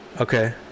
okay